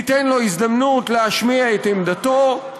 תיתן לו הזדמנות להשמיע את עמדתו,